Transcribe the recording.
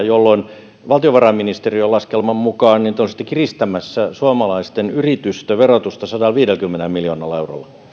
jolloin valtiovarainministeriön laskelman mukaan te olisitte kiristämässä suomalaisten yritysten verotusta sadallaviidelläkymmenellä miljoonalla